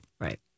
Right